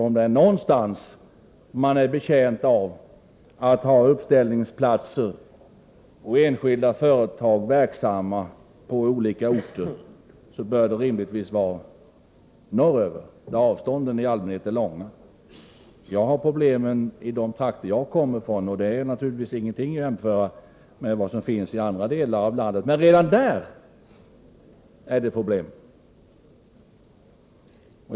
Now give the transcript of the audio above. Om det är någonstans man är betjänt av att ha uppställningsplatser och enskilda företag verksamma på olika orter, så bör det rimligtvis vara norröver, där avstånden i allmänhet är stora. Jag har dessa problem även i de trakter jag kommer ifrån, men dessa problem är naturligtvis inte alls att jämföra med förhållandena i andra delar av landet. Men redan i mina trakter är det alltså problem.